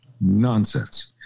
Nonsense